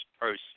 person